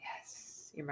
Yes